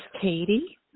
Katie